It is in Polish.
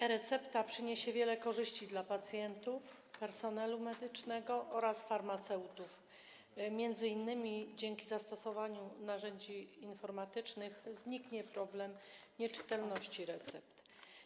E-recepta przyniesie wiele korzyści dla pacjentów, personelu medycznego oraz farmaceutów - m.in. dzięki zastosowaniu narzędzi informatycznych zniknie problem nieczytelności recept.